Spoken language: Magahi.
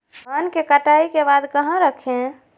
धान के कटाई के बाद कहा रखें?